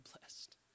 blessed